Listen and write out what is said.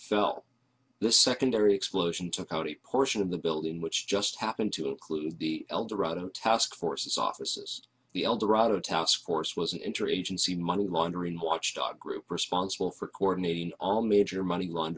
fell the secondary explosion took out a portion of the building which just happened to include the eldorado taskforce offices the eldorado taskforce was intrigued and seen money laundering watchdog group responsible for coordinating all major money